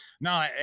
No